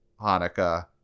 Hanukkah